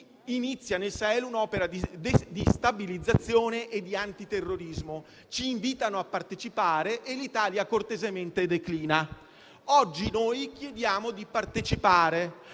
inizia nel Sahel un'opera di stabilizzazione e di antiterrorismo. Ci invitano a partecipare e l'Italia cortesemente declina. Oggi noi chiediamo di partecipare,